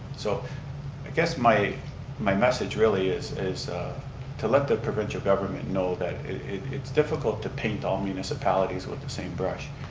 so i guess my my message really is is to let the provincial government know that it's difficult to paint all municipalities with the same brush.